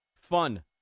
fun